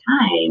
time